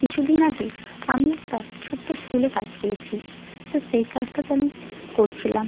কিছু দিন আগে আমি একটা ছোট্টো স্কুলে কাজ পেয়েছি তো সেই কাজটাতে আমি করছিলাম